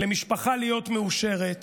למשפחה להיות מאושרת.